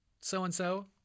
so-and-so